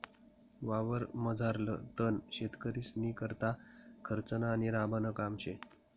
वावरमझारलं तण शेतकरीस्नीकरता खर्चनं आणि राबानं काम शे